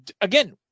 Again